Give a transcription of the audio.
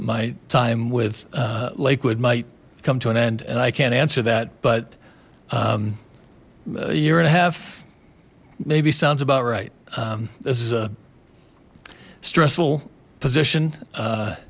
my time with lakewood might come to an end and i can't answer that but a year and a half maybe sounds about right this is a stressful position